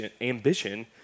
ambition